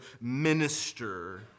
minister